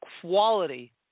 quality